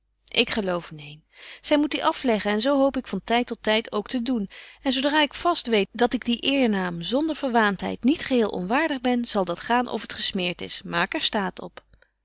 ik geloof neen zy moet die afleggen en zo hoop ik van tyd tot tyd ook te doen en zo dra ik vast weet dat ik dien eernaam zonder verwaantheid niet geheel onwaardig ben zal dat gaan of t gesmeert is maak er staat op